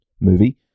movie